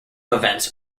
events